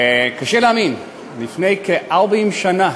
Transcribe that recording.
קשה להאמין, לפני כ-40 שנה